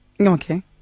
Okay